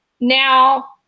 Now